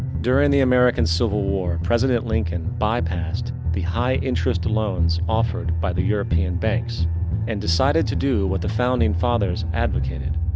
during the american civil war president lincoln bypassed the high interest loans offered by the european banks and decided to do what the founding fathers advocated.